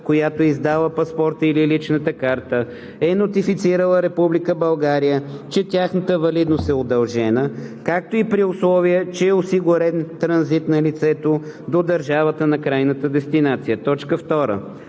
която е издала паспорта или личната карта, е нотифицирала Република България, че тяхната валидност е удължена, както и при условие, че е осигурен транзит на лицето до държавата на крайната му дестинация.“ 2.